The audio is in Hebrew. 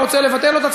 רוצה לבטל אותה,